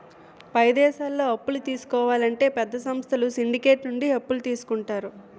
పై దేశాల్లో అప్పులు తీసుకోవాలంటే పెద్ద సంస్థలు సిండికేట్ నుండి అప్పులు తీసుకుంటారు